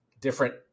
different